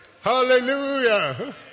Hallelujah